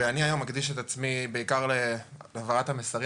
ואני היום מקדיש את עצמי בעיקר להעברת המסרים